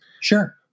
Sure